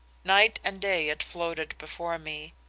night and day it floated before me,